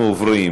אנחנו עוברים